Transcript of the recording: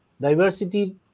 diversity